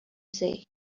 say